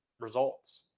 results